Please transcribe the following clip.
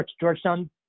Georgetown